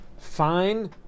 Fine